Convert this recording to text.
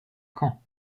caen